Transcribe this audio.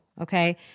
okay